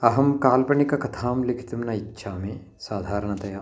अहं काल्पनिककथां लिखितुं न इच्छामि साधारणतया